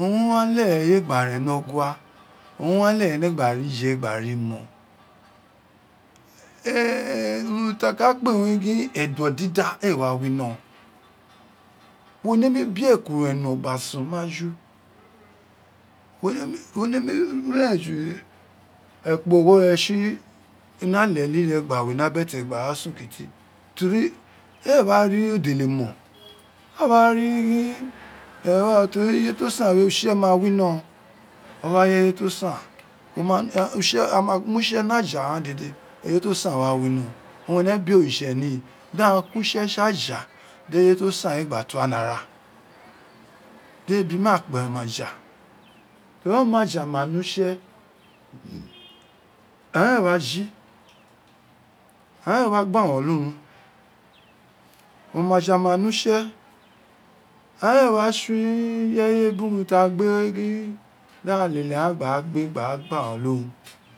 owun re wa leghe eye gba ren ni ogha owun re wa legjer ene ri je gba ni mon urun ti aka kpe wun edon dida ee wa wino wo nemi biekun re no gna sun majin wo nemi ja okpo ogho ne sha kita teri ee wa ri odelemon a wa ri teri ireye to san a ma mu utse ni aja gjan dede ireye to san wa wino owun ene be oriyse ni daghan ko utse tsi aja di ireye da san we gba to ene ara debi ma kpa oma aja teri oma aja ma ne utse aghan ee wa fi aghan ee wa gha urun olurun oma aja ma ne utse ai wa tson ireye biri urun to aghan gbe gin da lele aghan gba ra gba urun olunum